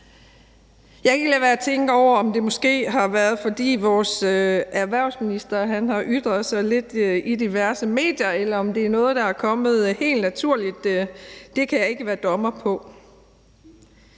Jeg kan ikke lade være at tænke over, om det måske har været, fordi vores erhvervsminister har ytret sig lidt i diverse medier, eller om det er noget, der er kommet helt naturligt. Det kan jeg ikke gøre mig til